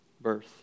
birth